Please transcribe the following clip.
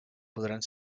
podran